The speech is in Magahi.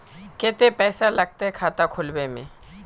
केते पैसा लगते खाता खुलबे में?